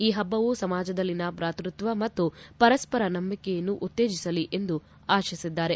ಈ ಹಬ್ಬವು ಸಮಾಜದಲ್ಲಿನ ಭಾತೃತ್ವ ಮತ್ತು ಪರಸ್ವರ ನಂಬಿಕೆಯನ್ನು ಉತ್ತೇಜಿಸಲಿ ಎಂದು ಆಶಿಸಿದ್ದಾರೆ